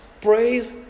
Praise